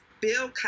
Bill